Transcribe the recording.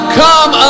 come